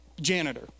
janitor